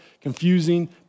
confusing